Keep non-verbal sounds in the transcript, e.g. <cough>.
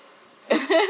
<laughs>